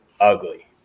ugly